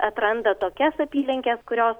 atranda tokias apylinkes kurios